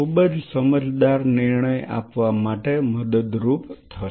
ખૂબ જ સમજદાર નિર્ણય આપવા માટે મદદરૂપ થશે